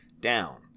down